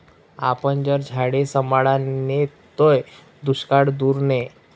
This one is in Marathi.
आपन जर झाडे सांभाळा नैत ते दुष्काळ दूर नै